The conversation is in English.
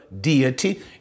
deity